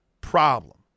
problem